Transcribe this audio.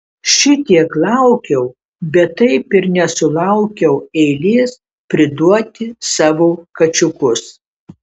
šitiek laukiau bet taip ir nesulaukiau eilės priduoti savo kačiukus